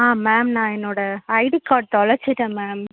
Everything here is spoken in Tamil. ஆ மேம் நான் என்னோட ஐடி கார்ட் தொலைச்சிட்டேன் மேம்